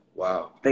Wow